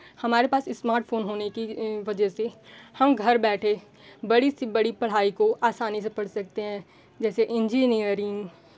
हमारे पास smart phone होने की वजह से हम घर बैठे बड़ी से बड़ी पढ़ाई को आसानी से पढ़ सकते हैं जैसे इंजीनियरिंग